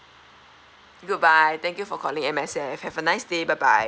good bye thank you for calling M_S_F have a nice day bye bye